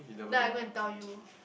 then I go and tell you